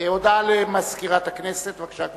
הודעה למזכירת הכנסת, בבקשה.